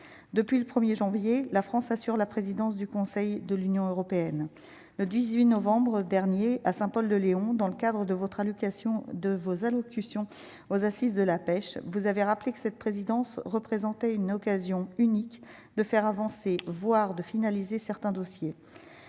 depuis le 1er janvier la France assure la présidence du Conseil de l'Union européenne le 18 novembre dernier à St Paul de Léon dans le cadre de votre allocation de vos allocution aux Assises de la pêche, vous avez rappelé que cette présidence représentait une occasion unique de faire avancer, voire de finaliser certains dossiers